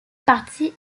parties